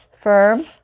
firm